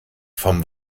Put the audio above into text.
vom